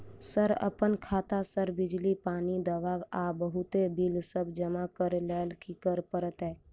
Sir अप्पन खाता सऽ बिजली, पानि, दवा आ बहुते बिल सब जमा करऽ लैल की करऽ परतै?